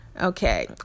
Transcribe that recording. Okay